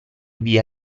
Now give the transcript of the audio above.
via